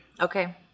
Okay